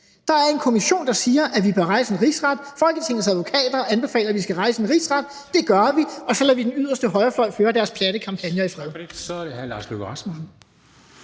Der er en kommission, der siger, at vi bør rejse en rigsretssag. Folketingets advokater anbefaler, at vi skal rejse en rigsretssag. Det gør vi, og så lader vi den yderste højrefløj føre deres platte kampagner i fred. Kl. 15:22 Formanden